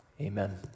Amen